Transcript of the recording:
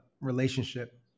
relationship